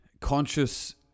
conscious